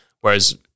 whereas